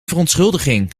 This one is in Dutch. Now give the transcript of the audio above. verontschuldiging